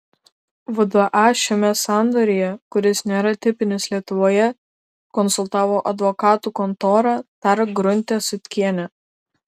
vda šiame sandoryje kuris nėra tipinis lietuvoje konsultavo advokatų kontora tark grunte sutkienė